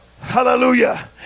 Hallelujah